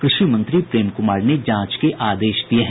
कृषि मंत्री प्रेम कुमार ने जांच के आदेश दिये हैं